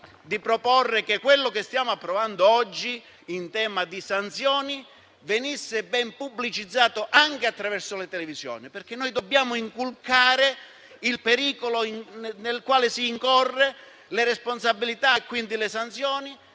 di proporre che quello che stiamo approvando oggi in tema di sanzioni venga ben pubblicizzato anche attraverso le televisioni. Infatti, dobbiamo inculcare il pericolo nel quale si incorre, le responsabilità e quindi le sanzioni.